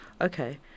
Okay